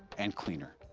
and cleaner.